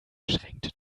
schränkte